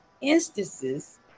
instances